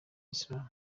islamu